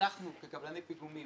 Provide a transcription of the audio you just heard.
אנחנו כקבלני פיגומים,